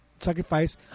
sacrifice